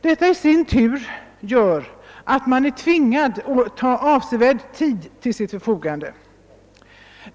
Detta i sin tur gör att den är tvingad att ta avsevärd tid till sitt förfogande.